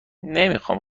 نمیخام